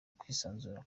kwisanzura